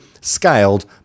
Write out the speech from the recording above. scaled